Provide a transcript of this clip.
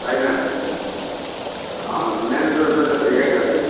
छैन छैन main switch त्यो त ठिकै छ कि